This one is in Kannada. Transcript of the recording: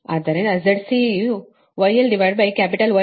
ಆದ್ದರಿಂದ ZC ವುγlCapital Y ಆಗಿರುತ್ತದೆ